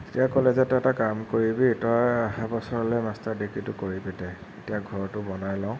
তেতিয়া ক'লে যে তই এটা কাম কৰিবি তই অহাবছৰলৈ মাষ্টাৰ ডিগ্ৰীটো কৰিবি দে এতিয়া ঘৰটো বনাই লওঁ